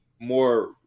more